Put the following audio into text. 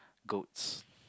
goats